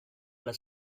alla